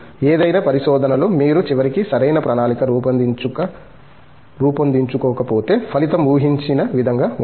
ఏదైనా పరిశోధనలో మీరు చివరికి సరైన ప్రణాళిక రూపొందించుకోకపోతే ఫలితం ఊహించిన విధంగా ఉండదు